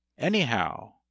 Anyhow